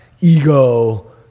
ego